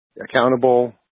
accountable